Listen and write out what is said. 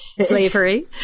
Slavery